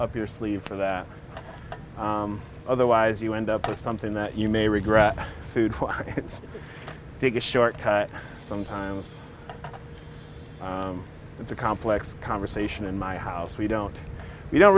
up your sleeve for that otherwise you end up with something that you may regret food it's take a short cut sometimes it's a complex conversation in my house we don't we don't